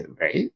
right